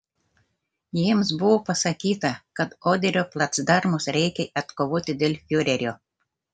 jiems buvo pasakyta kad oderio placdarmus reikia atkovoti dėl fiurerio